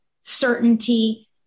certainty